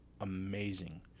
amazing